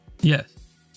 Yes